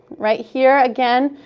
right here, again,